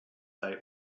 they